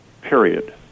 Period